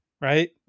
Right